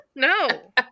No